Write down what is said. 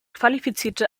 qualifizierte